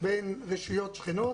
בין רשויות שכנות.